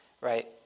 right